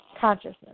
consciousness